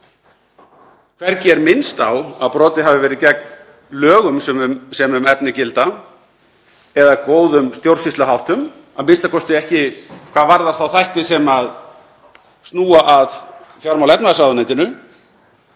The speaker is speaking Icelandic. Hvergi er minnst á að brotið hafi verið gegn lögum sem um efnið gilda eða góðum stjórnsýsluháttum, a.m.k. ekki hvað varðar þá þætti sem snúa að fjármála- og efnahagsráðuneytinu,